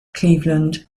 cleveland